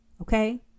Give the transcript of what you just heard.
Okay